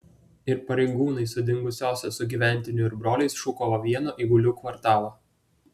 ir pareigūnai su dingusiosios sugyventiniu ir broliais šukavo vieną eigulių kvartalą